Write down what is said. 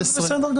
בסדר גמור.